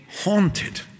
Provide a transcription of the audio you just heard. haunted